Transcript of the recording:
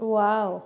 wow